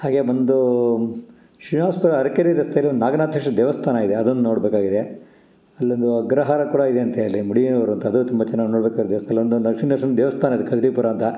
ಹಾಗೆ ಬಂದು ಶ್ರೀನಿವಾಸಪುರ ಅರ್ಕೇರಿ ರಸ್ತೆಲಿ ಒಂದು ನಾಗನಾಥೇಶ್ವರನ ದೇವಸ್ಥಾನ ಇದೆ ಅದೊಂದು ನೋಡಬೇಕಾಗಿದೆ ಅಲ್ಲೊಂದು ಅಗ್ರಹಾರ ಕೂಡ ಇದೆಯಂತೆ ಅಲ್ಲಿ ಅದು ತುಂಬ ಚೆನ್ನಾಗಿ ನೋಡ್ಬೇಕಾಯ್ರೋ ದೇವಸ್ಥಾನ ಒಂದು ದಕ್ಷಿಣೇಶ್ವರನ ದೇವಸ್ಥಾನ ಇದೆ ಕರಡಿಪುರ ಅಂತ